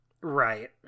Right